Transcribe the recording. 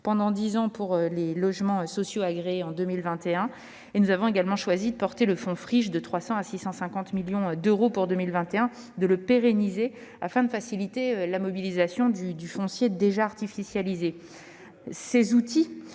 pendant dix ans pour les logements sociaux agréés en 2021. Nous avons aussi choisi de porter le fonds pour le recyclage des friches de 300 à 650 millions d'euros pour 2021 et de le pérenniser afin de faciliter la mobilisation de foncier déjà artificialisé. Ces outils